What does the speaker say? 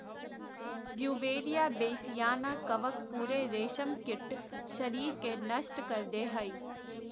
Beauveria bassiana कवक पूरे रेशमकीट शरीर के नष्ट कर दे हइ